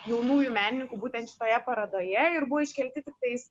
jaunųjų menininkų būtent šitoje parodoje ir buvo iškelti tiktais